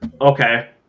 Okay